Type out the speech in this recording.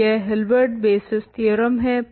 तो यह Hilbert basis theorem है